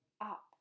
up